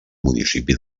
municipi